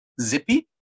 Zippy